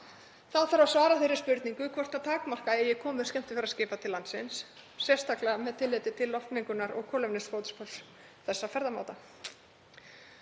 Þá þarf að svara þeirri spurningu hvort takmarka eigi komur skemmtiferðaskipa til landsins, sérstaklega með tilliti til loftmengunar og kolefnisfótspors þessa ferðamáta.